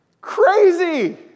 Crazy